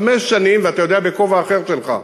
חמש שנים, ואתה יודע בכובע אחר שלך,